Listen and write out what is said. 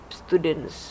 students